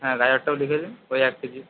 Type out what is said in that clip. হ্যাঁ গাজরটাও লিখে দিন ওই এক কেজি